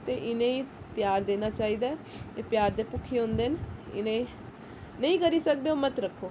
ते इ'नेंगी प्यार देना चाहिदा ऐ एह् प्यार दे भुक्खे होंदे न इ'नेंगी नेईं करी सकदे ओ मत रक्खो